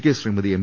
K Sreemathi M